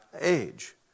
age